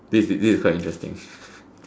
this this is quite interesting